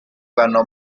vanno